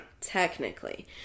Technically